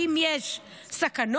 האם יש סכנות,